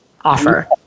offer